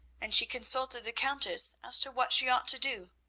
and she consulted the countess as to what she ought to do.